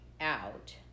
out